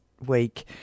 week